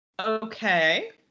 Okay